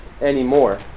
anymore